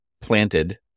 planted